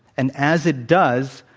and as it does,